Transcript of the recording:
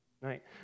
Right